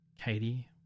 Katie